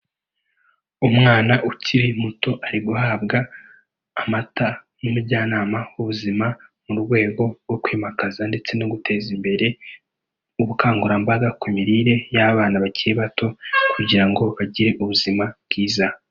Umwana ukiri muto ari guhabwa amata n'umujyanama w'ubuzima mu rwego rwo kwimakaza ndetse no guteza imbere ubukangurambaga ku mirire y'abana bakiri bato kugira ngo bagire ubuzima bwiza.